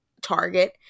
target